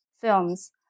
films